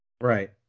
Right